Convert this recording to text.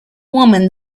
woman